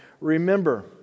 remember